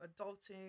adulting